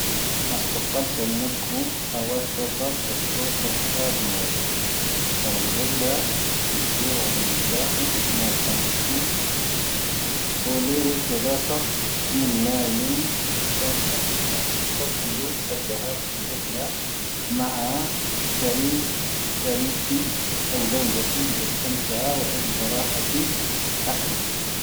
ʻⴰⵙ ʻⵜⵇⴰⵍ ʻⵙⴰⵔⴻⴻ ʻⵏⴰⴽⵓ ʻⴰⵡⴰⵙ ʻⵙoⴼⴰⴽ ʻⴰⵙ ʻⵙoⴼⴰⴽ ʻⴰⴳⵎooⴷ. ʻⴳʻⴰⵍ ʻⵊⴰⵡⵍⴰ ʻⴰⴷⴷⴻ ʻⵡⴰⴳⴷⵓⵎ ʻⵣⴰⴽⵉⵏ ʻⵎⵉʻⵇⵜⴰⵎ ʻⵜⵉⵍ. ʻⴼoⵍⴻⵔⴻ ʻⵜⵉⴷⴰⵙⴰⴽ ʻⴻⴻⵎ ⵏⴰⵉⵏ ʻⴻⵜ ʻⵙoⵎ ⴼⴰⵜⵀ ʻⴻⵜⴽⵉⵏⴰⵜ. ʻⵡⵓⴼⴰⴷⴷⵉⵍ ʻⴰⴷⴷⴻ ʻⴰⴱ ⴼī ⵔⵉⵀⵍⴰ ʻⵎⴰʻⴰ ʻⵙⵀⴰⵔⴻⴻ ʻⵜʻⴰⵔⴻⴻ ⴽⵉ ʻⴰⵡ ⵣⴰⵡⵊⴰⵜⴻ ʻⴷⵉ ʻⵉⵙⵜⴰⵎⵜⴻ ʻⴰⵡ ʻⴰⵊⵉⴷ ʻⵔⴰⵀⴰⵜ ʻⴰⴽⵜⴰⵔ.